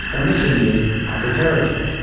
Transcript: a mission is counterterrorism.